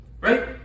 Right